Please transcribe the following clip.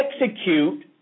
execute